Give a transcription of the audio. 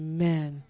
Amen